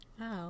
Wow